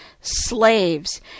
slaves